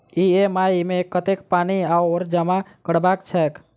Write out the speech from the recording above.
EMI मे कतेक पानि आओर जमा करबाक छैक?